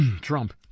Trump